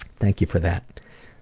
thank you for that.